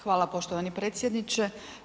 Hvala poštovani predsjedniče.